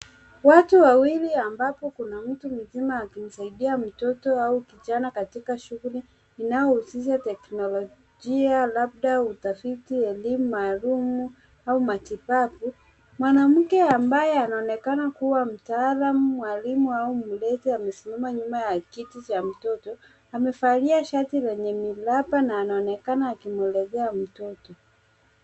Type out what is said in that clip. Watu wawili ambapo kuna mtu mzima akimsaidia mtoto au kijana katika shughuli inaohusisha teknolojia labda utafiti, elimu maalum au matibabu. Mwanamke ambaye anaonekana kuwa mtaalam, mwalimu au mlezi amesimama nyuma ya kiti cha mtoto. Amevalia shati lenye miraba na anaonekana akimwelezea mtoto.